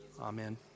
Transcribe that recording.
Amen